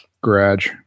garage